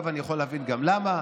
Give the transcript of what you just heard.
אני יכול להבין גם למה.